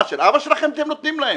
מה זה של אבא שלכם שאתם נותנים לכם?